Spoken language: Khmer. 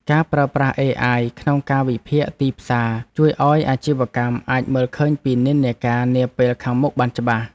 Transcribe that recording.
ការប្រើប្រាស់អេអាយក្នុងការវិភាគទីផ្សារជួយឱ្យអាជីវកម្មអាចមើលឃើញពីនិន្នាការនាពេលខាងមុខបានច្បាស់។